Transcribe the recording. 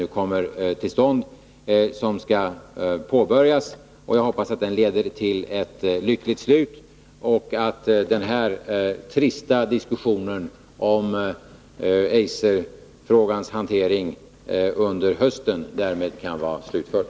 Jag hoppas att den nu skall påbörjas, att den leder till ett lyckligt slut och att den trista diskussionen om Eiserfrågans hantering under hösten därmed kan vara slutförd.